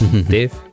Dave